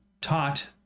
taught